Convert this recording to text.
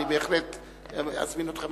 אני בהחלט אזמין אתכם.